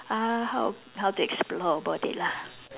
uh how how to explore about it lah